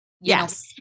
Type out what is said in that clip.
yes